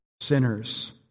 Sinners